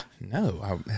No